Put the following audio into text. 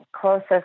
closest